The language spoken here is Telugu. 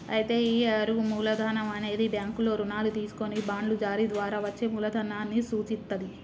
అయితే ఈ అరువు మూలధనం అనేది బ్యాంకుల్లో రుణాలు తీసుకొని బాండ్లు జారీ ద్వారా వచ్చే మూలదనాన్ని సూచిత్తది